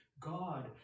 God